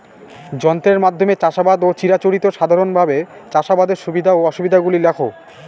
যন্ত্রের মাধ্যমে চাষাবাদ ও চিরাচরিত সাধারণভাবে চাষাবাদের সুবিধা ও অসুবিধা গুলি লেখ?